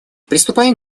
приступаем